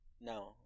No